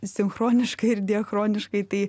sinchroniškai ir diachroniškai tai